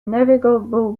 navigable